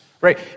right